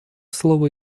слово